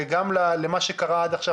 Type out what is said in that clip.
וגם למה שקרה עד עכשיו,